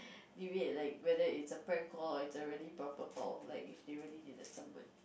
deviate like whether is a prank call or is really a proper call like if they really needed someone